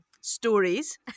stories